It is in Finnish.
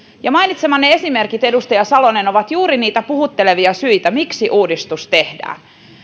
mainitsemanne esimerkit edustaja salonen ovat juuri niitä puhuttelevia syitä miksi uudistus tehdään